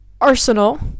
Arsenal